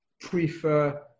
prefer